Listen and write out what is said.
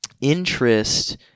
interest